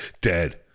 Dead